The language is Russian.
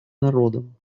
народом